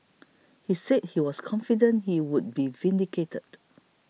he said he was confident he would be vindicated